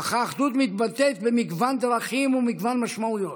אך האחדות מתבטאת במגוון דרכים ובמגוון משמעויות: